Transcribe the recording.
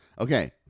Okay